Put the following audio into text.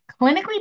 clinically